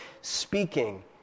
speaking